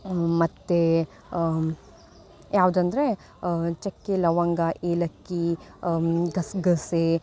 ಮತ್ತು ಗಸಗಸೆ